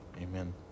amen